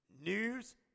news